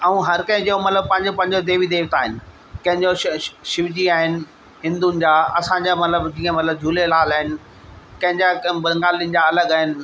ऐं हर कंहिं जो मतिलबु पंहिंजो पंहिंजो देवी देवता आहिनि कंहिं जो श श शिवजी आहिनि हिंदुनि जा असांजा मतिलबु जीअं मतिलबु झूलेलाल आहिनि कंहिं जा बंगालियुनि जा अलॻि आहिनि